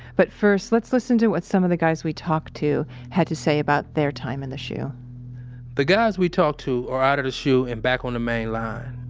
but first let's listen to what some of the guys we talked to had to say about their time in the shu the guys we talked to are out of the shu and back on the mainline.